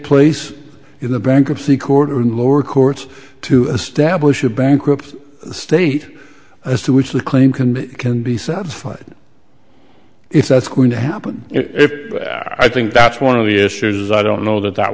place in the bankruptcy court or in the lower courts to establish a bankrupt state as to which the claim can be can be satisfied if that's going to happen if i think that's one of the issues is i don't know that that